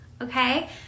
okay